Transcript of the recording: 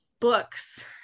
books